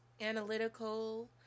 analytical